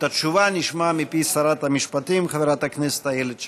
את התשובה נשמע מפי שרת המשפטים חברת הכנסת איילת שקד.